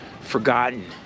forgotten